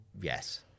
Yes